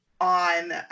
on